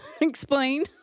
Explain